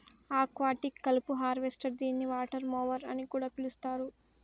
aquatic కలుపు harvester దీనిని water mower అని కూడా పిలుస్తారు